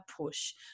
push